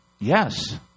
yes